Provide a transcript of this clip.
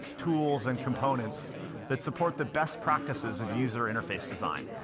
tools, and components that support the best practices of user interface design.